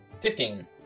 Fifteen